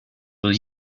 will